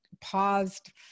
paused